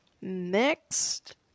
Next